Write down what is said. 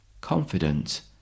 confident